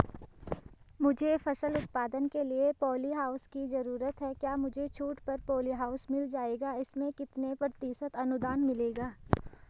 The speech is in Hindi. मुझे फसल उत्पादन के लिए प ॉलीहाउस की जरूरत है क्या मुझे छूट पर पॉलीहाउस मिल जाएगा इसमें कितने प्रतिशत अनुदान मिलेगा?